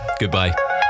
Goodbye